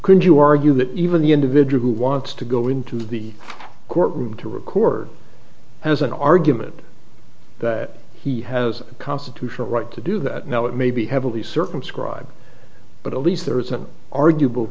could you argue that even the individual who wants to go into the courtroom to record has an argument that he has a constitutional right to do that no it may be heavily circumscribed but at least there is an arguable